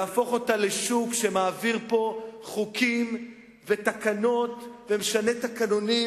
להפוך אותה לשוק שמעביר פה חוקים ותקנות ומשנה תקנונים,